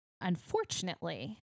unfortunately